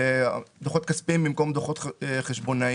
"דוחות כספיים" במקום "דוחות חשבונאיים".